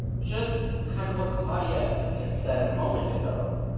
just kind of what claudia had said a moment ago,